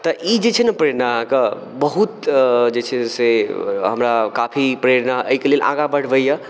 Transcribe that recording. तऽ ई जे छै ने प्रेरणा अहाँकऽ बहुत जे छै से हमरा काफी प्रेरणा एहिके लेल आगाँ बढ़बैया